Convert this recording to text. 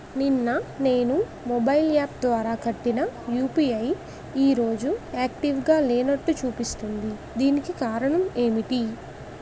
నిన్న నేను mobile app ద్వారా కట్టిన యు.పి.ఐ ఈ రోజు యాక్టివ్ గా లేనట్టు చూపిస్తుంది దీనికి కారణం ఏమిటి?